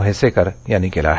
म्हैसेकर यांनी केलं आहे